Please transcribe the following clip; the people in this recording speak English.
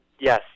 Yes